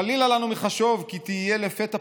"חלילה לנו מחשוב כי תהיה לפתע פתאום,